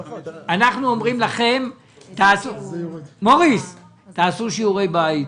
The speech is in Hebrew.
אנחנו אומרים לכם: תעשו שיעורי בית,